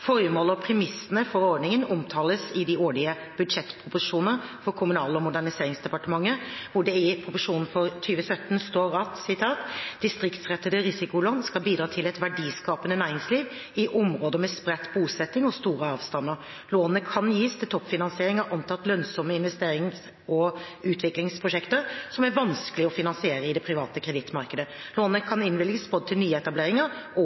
Formålet med og premissene for ordningen omtales i de årlige budsjettproposisjonene fra Kommunal- og moderniseringsdepartementet, hvor det i proposisjonen for 2017 står at distriktsrettede risikolån skal bidra til «et verdiskapende næringsliv i områder med spredt bosetning og store avstander». Lånene «kan gis til toppfinansiering av antatt lønnsomme investerings- og utviklingsprosjekter som er vanskelig å finansiere i det private kredittmarkedet. Lånene kan innvilges både til nyetableringer og